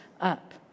up